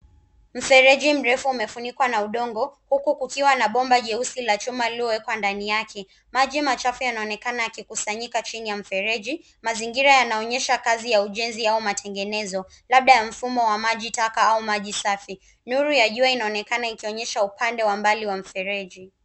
Mfereji mrefu umefunikwa na udoongo huku kukiwa na bomba jeusi la chuma lililowekwa ndani yake maji machafu yanaonekana yakikusanyika chini ya mfereji mazingira yanaonyesha kazi ya ujenzi au matengenezo labda ya mfumo wa maji taka au maji safi nuru ya jua inaonekana ikionyesha upande wa mbali wa mfereji.